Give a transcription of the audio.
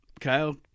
Kyle